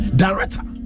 director